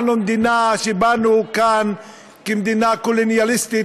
אנחנו מדינה שבאנו לכאן כמדינה קולוניאליסטית,